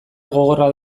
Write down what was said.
gogorra